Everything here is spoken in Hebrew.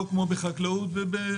היא לא כמו בחקלאות ובבניין,